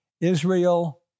Israel